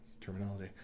terminology